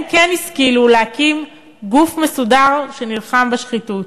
שבהן כן השכילו להקים גוף מסודר שנלחם בשחיתות.